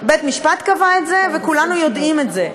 בית-משפט קבע את זה, וכולנו יודעים את זה.